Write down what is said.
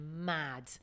mad